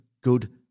good